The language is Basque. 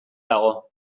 dago